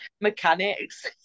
mechanics